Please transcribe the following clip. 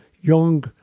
young